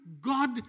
God